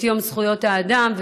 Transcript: את יום זכויות האדם.